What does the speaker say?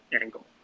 angle